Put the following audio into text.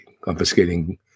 confiscating